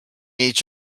each